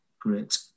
great